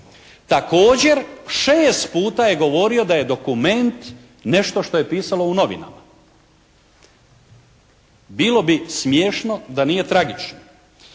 Također 6 puta je govorio da je dokument nešto što je pisalo u novinama. Bilo bi smiješno da nije tragično.